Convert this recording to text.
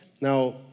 now